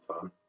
fun